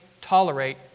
tolerate